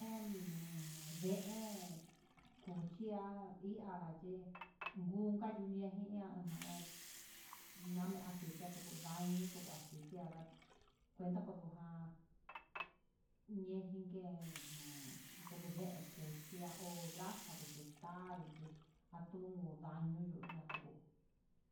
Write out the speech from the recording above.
Een deen cuchi há y ará yee ngun ngu nguexhiña'a najahe nani aciti tuku, ndaño tu aciti anrá kueko ndonja kuejiñe ku deen cuchi ho grasa vegetal atun ndaño yuyaño ndatuku.